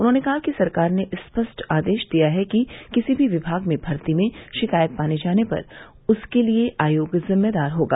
उन्होंने कहा कि सरकार ने स्पष्ट आदेश दिया है कि किसी भी विमाग में भर्ती में शिकायत पाये जाने पर उसके लिये आयोग जिम्मेदार होगा